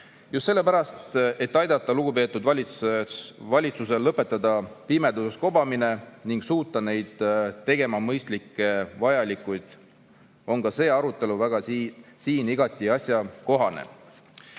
Just sellepärast, et aidata lugupeetud valitsusel lõpetada pimeduses kobamine ning [aidata] neil teha mõistlikke valikuid, on see arutelu siin igati asjakohane. Riigi